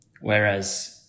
whereas